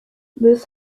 this